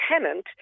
tenant